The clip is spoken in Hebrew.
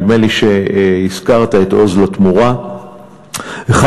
נדמה לי שהזכרת את "עוז לתמורה"; 1.8